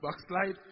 backslide